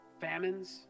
Famines